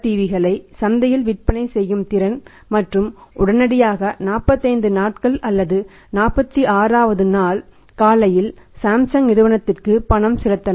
க்களை சந்தையில் விற்பனை செய்யும் திறன் மற்றும் உடனடியாக 45 நாட்கள் அல்லது 46 ஆவது நாள் காலையில் சாம்சங் நிறுவனத்திற்கு பணம் செலுத்தலாம்